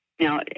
Now